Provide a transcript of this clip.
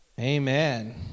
amen